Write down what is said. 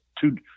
two